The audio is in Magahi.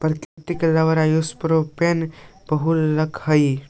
प्राकृतिक रबर आइसोप्रोपेन के बहुलक हई